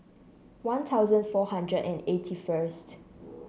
One Thousand four hundred and eighty first